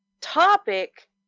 topic